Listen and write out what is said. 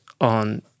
on